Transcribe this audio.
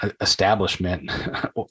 establishment